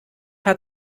hat